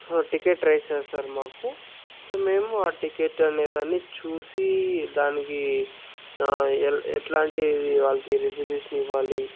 ticket raise చేస్తారు మాకు so మేము టికెట్ అనేదాన్ని చూసి దానికి ఎ ఎట్లాంటి ది వాళ్లకి రిజల్యూషన్ ఇవ్వాలి